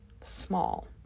small